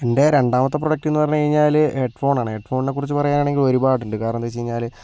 എൻ്റെ രണ്ടാമത്തെ പ്രോഡക്ട് എന്ന് പറഞ്ഞു കഴിഞ്ഞാൽ ഹെഡ്ഫോൺ ആണ് ഹെഡ്ഫോണിനെക്കുറിച്ച് പറയാൻ ആണെങ്കിൽ ഒരുപാടുണ്ട് കാരണം എന്തെന്ന് വച്ചു കഴിഞ്ഞാൽ